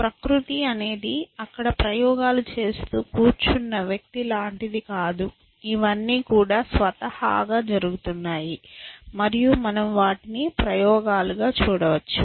ప్రకృతి అనేది అక్కడ ప్రయోగాలు చేస్తూ కూర్చున్న వ్యక్తి లాంటిది కాదు ఇవ్వన్నీ కూడా స్వతహాగ జరుగుతున్నాయి మరియు మనము వాటిని ప్రయోగాలుగా చూడవచ్చు